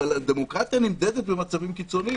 אבל הדמוקרטיה נמדדת במצבים קיצוניים.